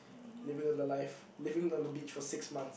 living on the life living on the beach for six month